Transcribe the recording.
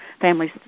families